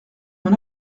mon